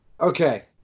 Okay